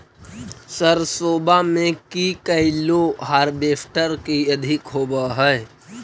सरसोबा मे की कैलो हारबेसटर की अधिक होब है?